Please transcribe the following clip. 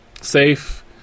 safe